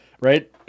Right